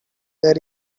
there